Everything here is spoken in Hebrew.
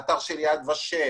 האתר של יד ושם,